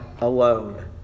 alone